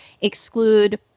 exclude